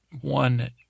One